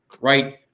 right